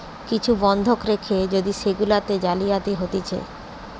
কিছু বন্ধক রেখে যদি সেগুলাতে জালিয়াতি হতিছে